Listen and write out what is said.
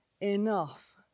enough